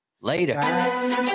Later